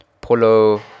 Polo